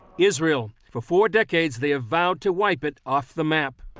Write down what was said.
israel. for four decades, they vowed to wipe it off the map.